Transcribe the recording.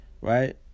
right